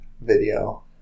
video